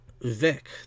Vic